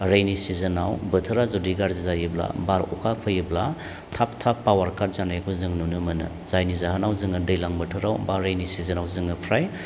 रैनि सिजोनाव बोथोरा जुदि गाज्रि जायोब्ला बार अखा फैयोब्ला थाब थाब पावार काट जानायखौ जों नुनो मोनो जायनि जाहोनाव जोङो दैज्लां बोथोराव बा रैनि सिजोनाव जोङो फ्राय